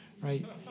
Right